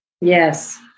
Yes